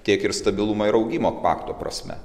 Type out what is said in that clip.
tiek ir stabilumo ir augimo pakto prasme